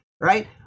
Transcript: right